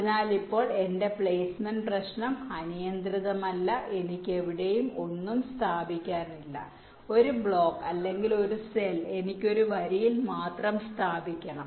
അതിനാൽ ഇപ്പോൾ എന്റെ പ്ലെയ്സ്മെന്റ് പ്രശ്നം അനിയന്ത്രിതമല്ല എനിക്ക് എവിടെയും ഒന്നും സ്ഥാപിക്കാനാകില്ല ഒരു ബ്ലോക്ക് അല്ലെങ്കിൽ ഒരു സെൽ എനിക്ക് ഒരു വരിയിൽ മാത്രം സ്ഥാപിക്കണം